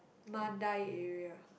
Mandai area